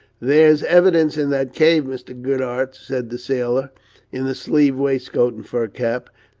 there's h'evidence in that cave, mr. good'art, said the sailor in the sleeved-waistcoat and fur cap,